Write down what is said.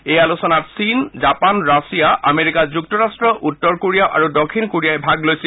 এই আলোচনাত চীন জাপান ৰাছিয়া আমেৰিকা যুক্তৰাষ্ট্ৰ উত্তৰ কোৰিয়া আৰু দক্ষিণ কোৰিয়াই ভাগ লৈছিল